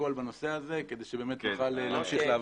לפרוטוקול בנושא הזה כדי שבאמת נוכל להמשיך לעבוד.